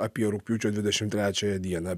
apie rugpjūčio dvidešim trečiąją dieną